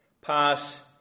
pass